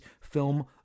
film